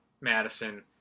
Madison